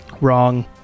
wrong